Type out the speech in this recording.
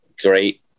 great